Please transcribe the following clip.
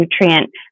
nutrient